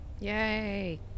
Yay